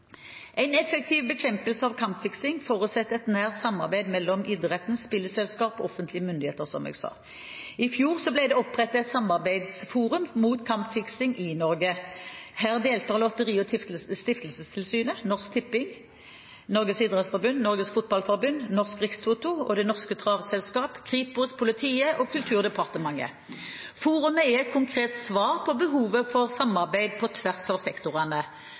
En effektiv bekjempelse av kampfiksing forutsetter et nært samarbeid mellom idretten, spillselskap og offentlige myndigheter, som jeg sa. I fjor ble det opprettet et samarbeidsforum mot kampfiksing i Norge. Her deltar Lotteri- og stiftelsestilsynet, Norsk Tipping, Norges idrettsforbund, Norges Fotballforbund, Norsk Rikstoto, Det Norske Travselskap, Kripos/Politiet og Kulturdepartementet. Forumet er et konkret svar på behovet for samarbeid på tvers av sektorene.